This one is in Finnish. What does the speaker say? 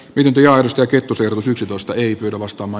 yhdy alusta kettusen osan sadosta ei pidä vastaava